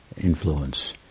influence